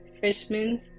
Fishman's